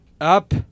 up